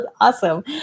awesome